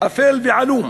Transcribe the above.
אפל ועלום,